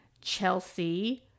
Chelsea